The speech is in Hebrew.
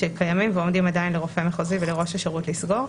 שקיימים ועומדים עדיין לרופא המחוזי ולראש השירות לסגור.